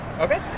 Okay